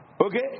Okay